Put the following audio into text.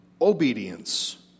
obedience